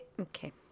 Okay